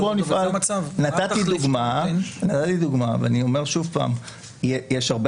נתתי דוגמה ואני אומר שוב שיש הרבה